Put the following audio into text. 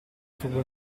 furbo